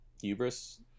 hubris